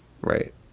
right